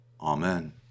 Amen